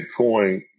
Bitcoin